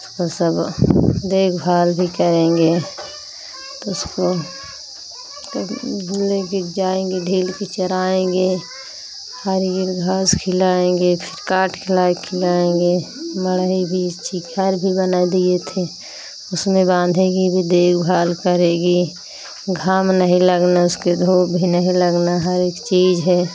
उसको सब देखभाल भी करेंगे तो उसको कभी भी लेकर जाएँगे ढील के चराएँगे हरियर घाँस खिलाएँगे फिर काटकर ला कर खिलाएँगे मढ़ई भी चिखर भी बना दिए थे उसमें बाँधेगी भी देखभाल करेगी घाव नहीं लगना उसके धूप भी नहीं लगना हर एक चीज़ है